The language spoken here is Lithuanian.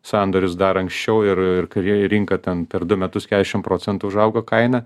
sandorius dar anksčiau ir ir kurie ir rinka ten per du metus keturiasdešimt procentų užaugo kaina